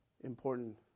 important